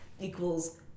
equals